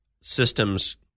systems